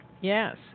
yes